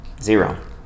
Zero